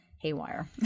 haywire